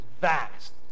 vast